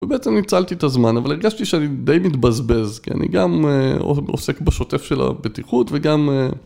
ובעצם ניצלתי את הזמן אבל הרגשתי שאני די מתבזבז כי אני גם עוסק בשוטף של הבטיחות וגם...